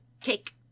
cake